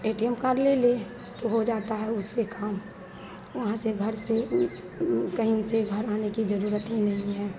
ए T M card ले ले तो हो जाता है उससे काम वहाँ से घर से कहीं से घर आने की ज़रूरत ही नहीं है